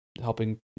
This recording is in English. helping